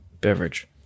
beverage